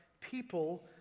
people